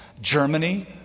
Germany